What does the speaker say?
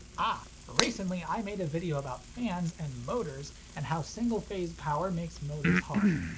ah! recently i made a video about fans and motors and how single phase power makes motors hard.